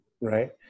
Right